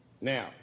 Now